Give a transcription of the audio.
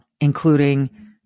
including